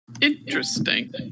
Interesting